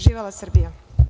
Živela Srbija?